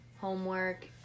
homework